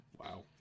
wow